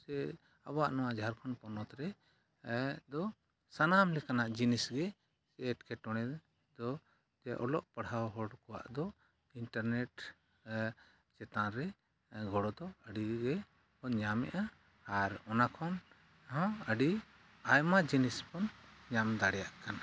ᱥᱮ ᱟᱵᱚᱣᱟᱜ ᱱᱚᱣᱟ ᱡᱷᱟᱲᱠᱷᱚᱸᱰ ᱯᱚᱱᱚᱛ ᱨᱮᱫᱚ ᱥᱟᱱᱟᱢ ᱞᱮᱠᱟᱱᱟᱜ ᱡᱤᱱᱤᱥᱼᱜᱮ ᱮᱴᱠᱮᱴᱚᱬᱮ ᱫᱚ ᱚᱞᱚᱜ ᱯᱟᱲᱦᱟᱣ ᱦᱚᱲ ᱠᱚᱣᱟᱜ ᱫᱚ ᱤᱱᱴᱟᱨᱱᱮᱴ ᱪᱮᱛᱟᱱᱨᱮ ᱜᱚᱲᱚ ᱫᱚ ᱟᱹᱰᱤᱜᱮᱵᱚᱱ ᱧᱟᱢᱮᱫᱟ ᱟᱨ ᱚᱱᱟᱠᱷᱚᱱ ᱦᱚᱸ ᱟᱹᱰᱤ ᱟᱭᱢᱟ ᱡᱤᱱᱤᱥ ᱵᱚᱱ ᱧᱟᱢ ᱫᱟᱲᱮᱭᱟᱜ ᱠᱟᱱᱟ